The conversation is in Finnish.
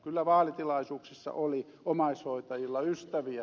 kyllä vaalitilaisuuksissa oli omaishoitajilla ystäviä